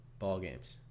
ballgames